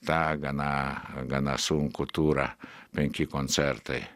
tą gana gana sunkų turą penki koncertai